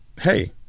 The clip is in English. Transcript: hey